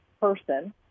person